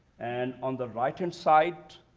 and on the right and side,